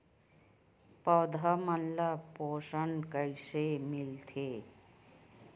पौधा मन ला पोषण कइसे मिलथे?